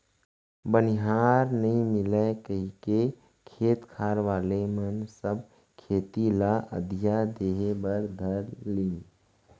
बनिहार नइ मिलय कइके खेत खार वाले मन सब खेती ल अधिया देहे बर धर लिन